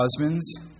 Husbands